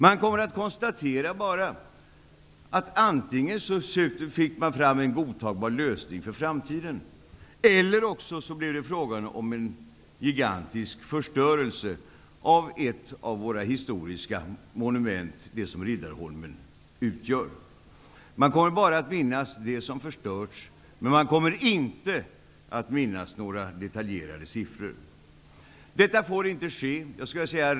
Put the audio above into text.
Man kommer att konstatera att antingen fick vi fram en godtagbar lösning för framtiden eller också blev det fråga om en gigantisk förstörelse av det historiska moment som Riddarholmen utgör. Man kommer bara att minnas det som har förstörts, men man kommer inte att minnas några siffror i detalj. Detta får inte ske.